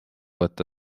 võtta